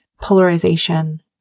polarization